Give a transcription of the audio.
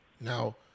Now